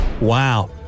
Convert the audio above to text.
Wow